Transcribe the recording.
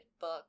book